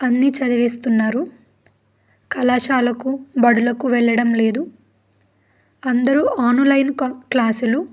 అన్నీ చదివేస్తున్నారు కళాశాలకు బడులకు వెళ్ళడం లేదు అందరూ ఆన్లైన్ క్లాసులు